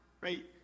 Right